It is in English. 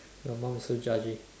you mum is so judgy